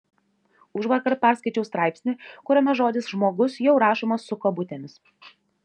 užvakar perskaičiau straipsnį kuriame žodis žmogus jau rašomas su kabutėmis